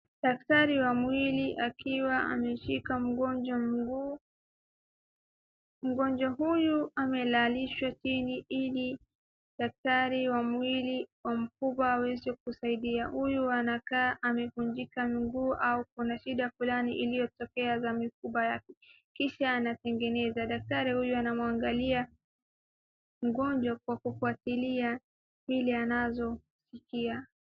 Daktari wa mwili akiwa ameshika mgonjwa mguu, mgonjwa huyu amelalishwa chini ili daktari wa mwili wa mfupa aweze kusaidia. Huyu anakaa amevunjika mguu au kuna shida fulani iliyotokea za mifupa, kisha anatengeneza. Daktari huyu anamwangalia mgonjwa kwa kufuatilia vile anavyosikia.